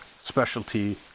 specialty